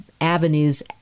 avenues